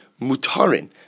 mutarin